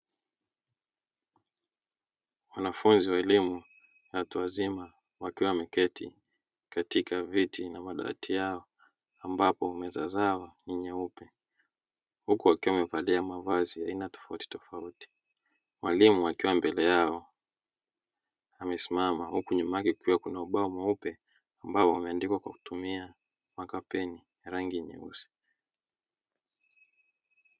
Wanafunzi wa elimu ya watu wazima wakiwa wameketi katika viti na madawati yao ambapo meza zao ni nyupe huku wakiwa wamevalia mavazi ya aina tofautitofauti mwalimu amesimama mbele yao kukiwa na ubao mweupe ambao umeandikwa kwa kutumia makapeni ya rangi nyeusi.